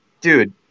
dude